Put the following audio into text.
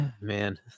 man